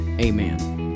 Amen